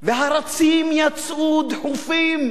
והרצים יצאו דחופים